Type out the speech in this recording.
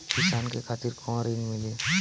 किसान के खातिर कौन ऋण मिली?